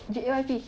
J_Y_P